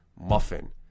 muffin